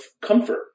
comfort